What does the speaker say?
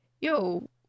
yo